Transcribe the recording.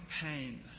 pain